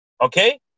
Okay